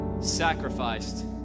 Sacrificed